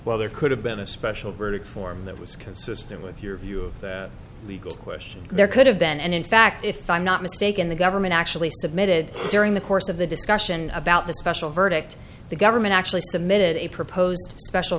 while there could have been a special verdict form that was consistent with your view of the legal question there could have been and in fact if i'm not mistaken the government actually submitted during the course of the discussion about the special verdict the government actually submitted a proposed special